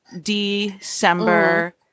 December